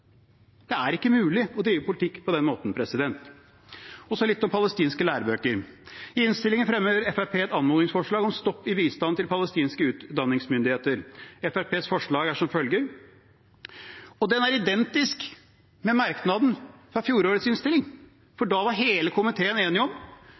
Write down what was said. Det er ikke mulig å drive politikk på den måten. Så litt om palestinske lærebøker: I innstillingen fremmer Fremskrittspartiet et anmodningsforslag om stopp i bistand til palestinske utdanningsmyndigheter. Fremskrittspartiets forslag er identisk med merknaden fra tidligere års innstilling,